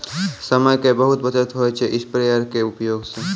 समय के बहुत बचत होय छै स्प्रेयर के उपयोग स